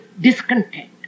discontent